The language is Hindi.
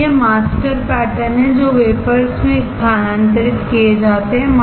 तो ये मास्टर पैटर्न हैं जो वेफर पर स्थानांतरित किए जाते हैं